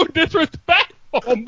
disrespectful